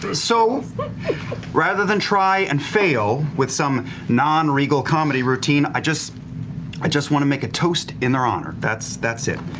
ah so rather than try and fail with some non-riegel comedy routine, i just i just want to make a toast in their honor. that's that's it.